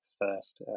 first